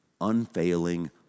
unfailing